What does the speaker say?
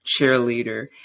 cheerleader